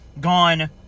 gone